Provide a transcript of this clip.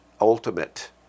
ultimate